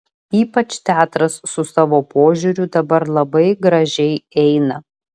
ypač teatras su savo požiūriu dabar labai gražiai eina